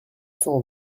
cent